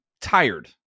tired